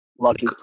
lucky